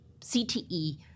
CTE